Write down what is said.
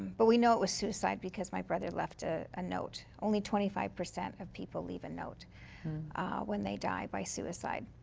but we know it was suicide because my brother left ah a note. only twenty five percent of people leave a note when they die by suicide.